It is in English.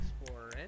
explorer